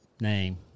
name